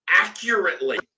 accurately